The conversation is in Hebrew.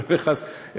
חלילה וחס,